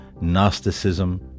Gnosticism